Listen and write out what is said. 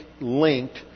linked